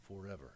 forever